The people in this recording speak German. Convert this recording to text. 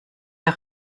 der